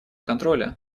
контроля